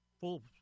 full